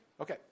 Okay